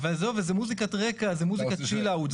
עזוב, זה מוזיקת רקע, זה מוזיקת צ'יל אאוט.